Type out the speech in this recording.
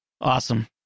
Awesome